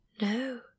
No